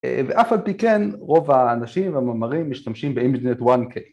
ואף עד פי כן רוב האנשים והמאמרים משתמשים ב-ImageNet 1K